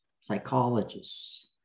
psychologists